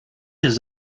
his